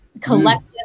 collective